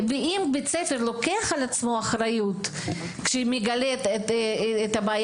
אם בית הספר לוקח על עצמו אחריות כשהוא מגלה את הבעיה,